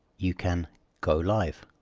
you can go live.